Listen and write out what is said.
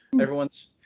Everyone's